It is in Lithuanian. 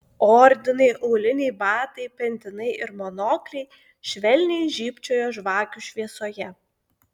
ordinai auliniai batai pentinai ir monokliai švelniai žybčiojo žvakių šviesoje